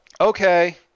Okay